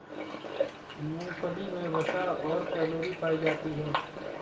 मूंगफली मे वसा और कैलोरी पायी जाती है